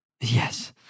Yes